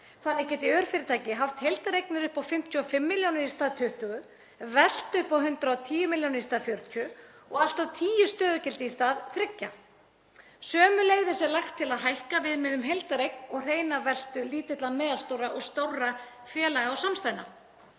Þannig geti örfyrirtæki haft heildareignir upp á 55 milljónir í stað 20, veltu upp á 110 milljónir í stað 40 og allt að tíu stöðugildi í stað þriggja. Sömuleiðis er lagt til að hækka viðmið um heildareign og hreina veltu lítilla, meðalstórra og stórra félaga og samstæðna.